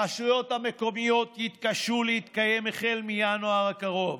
הרשויות המקומיות יתקשו להתקיים החל מינואר הקרוב.